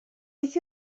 beth